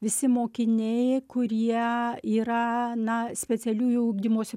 visi mokiniai kurie yra na specialiųjų ugdymosi